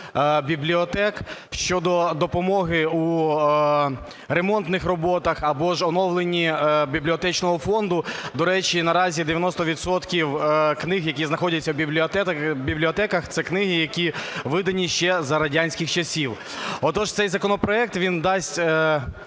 бібліотек щодо допомоги у ремонтних роботах або ж оновленні бібліотечного фонду. До речі, наразі 90 відсотків книг, які знаходяться в бібліотеках, це книги, які видані ще за радянських часів. Отож, цей законопроект, він дасть